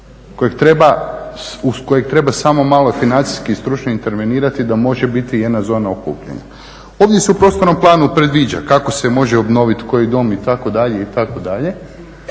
kojeg treba samo malo financijski i stručno intervenirati da može biti jedna zona okupljanja. Ovdje se u prostornom planu predviđa kako se može obnovit koji dom itd., itd., ali